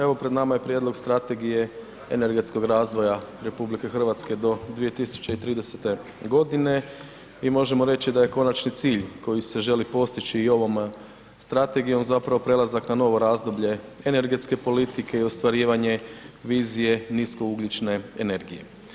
Evo pred nama je prijedlog Strategije energetskog razvoja RH do 2030. g. i možemo reći da je konačni cilj koji se želi postići i ovom strategijom zapravo prelazak na novo razdoblje energetske politike i ostvarivanje niskougljične energije.